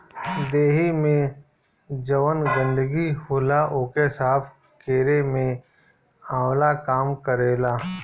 देहि में जवन गंदगी होला ओके साफ़ केरे में आंवला काम करेला